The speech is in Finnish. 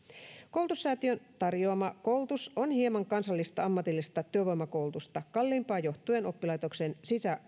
koulutussäätiön tarjoama koulutus on hieman kansallista ammatillista työvoimakoulutusta kalliimpaa johtuen oppilaitoksen